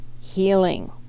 healing